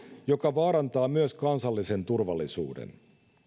joka vaarantaa myös kansallisen turvallisuuden